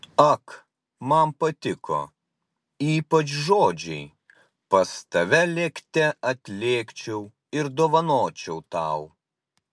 ak man patiko ypač žodžiai pas tave lėkte atlėkčiau ir dovanočiau tau